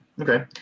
Okay